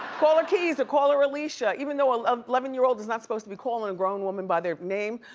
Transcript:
call her keys or call her alicia, even though an eleven year old is not supposed to be calling a grown woman by their name,